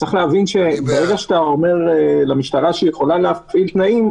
שצריך להבין שברגע שאתה אומר למשטרה שהיא יכולה להפעיל תנאים,